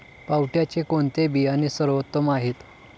पावट्याचे कोणते बियाणे सर्वोत्तम आहे?